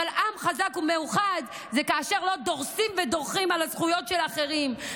אבל עם חזק ומאוחד זה כאשר לא דורסים ודורכים על הזכויות של אחרים.